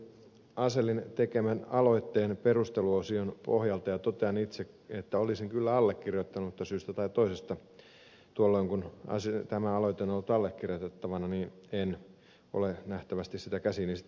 asellin tekemän aloitteen perusteluosion pohjalta ja totean itse että olisin kyllä allekirjoittanut mutta syystä tai toisesta tuolloin kun tämä aloite on ollut allekirjoitettavana en ole nähtävästi sitä käsiini sitten saanut